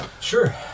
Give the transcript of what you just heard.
Sure